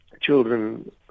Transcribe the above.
Children